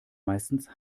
meistens